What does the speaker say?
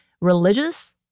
religious